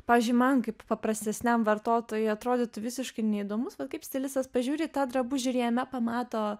pavyzdžiui man kaip paprastesniam vartotojui atrodytų visiškai neįdomus kaip stilistas pažiūri į tą drabužį ir jame pamato